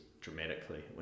dramatically